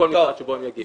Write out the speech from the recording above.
כל משרד אליו הם יגיעו.